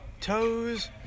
toes